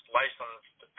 licensed